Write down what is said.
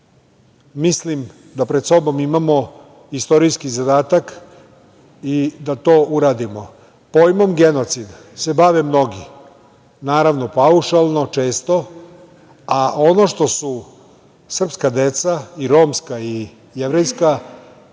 mislim da pred sobom imamo istorijski zadatak i da to uradimo. Pojmom genocida se bave mnogi, naravno paušalno, često. Ono što su srpska deca, romska i jevrejska,